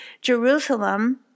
Jerusalem